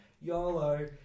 Yolo